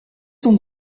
sont